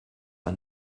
war